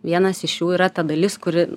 vienas iš jų yra ta dalis kuri